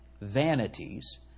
vanities